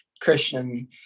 Christian